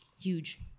Huge